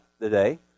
today